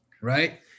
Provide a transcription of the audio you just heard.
right